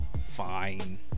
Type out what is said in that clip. fine